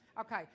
Okay